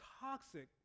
toxic